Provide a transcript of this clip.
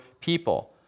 people